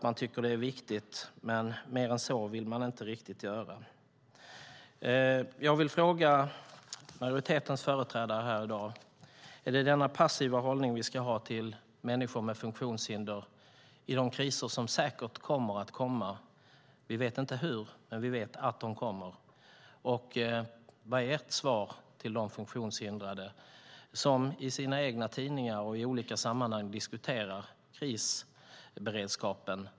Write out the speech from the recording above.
Man tycker att det är viktigt, men mer än så vill man inte göra. Jag vill fråga majoritetens företrädare här i dag om det är denna passiva hållning vi ska ha till människor med funktionshinder i de kriser som säkert kommer. Vi vet inte hur de kommer att se ut, men vi vet att de kommer. Vad är ert svar till de funktionshindrade som i sina egna tidningar och olika sammanhang diskuterar krisberedskapen?